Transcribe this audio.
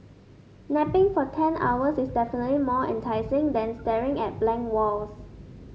napping for ten hours is definitely more enticing than staring at blank walls